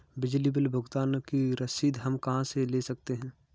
बिजली बिल भुगतान की रसीद हम कहां से ले सकते हैं?